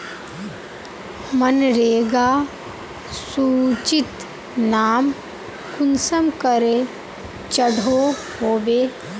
मनरेगा सूचित नाम कुंसम करे चढ़ो होबे?